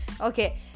okay